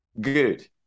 good